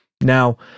Now